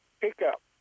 pickup